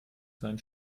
sein